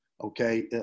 okay